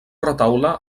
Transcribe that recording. retaule